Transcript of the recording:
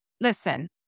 Listen